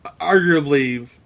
arguably